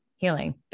healing